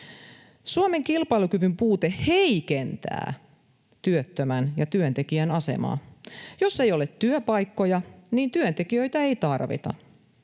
Suomen kilpailukyvyn puute heikentää työttömän ja työntekijän asemaa. Jos ei ole työpaikkoja, niin työntekijöitä ei tarvita.